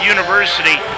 University